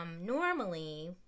Normally